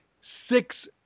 six